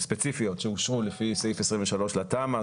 ספציפיות שאושרו לפי סעיף 23 לתמ"א,